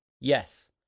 Yes